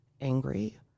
angry